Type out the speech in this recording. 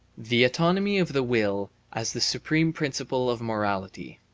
the autonomy of the will as the supreme principle of morality